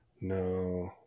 No